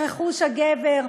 היא רכוש הגבר,